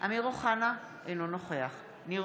אמיר אוחנה, אינו נוכח ניר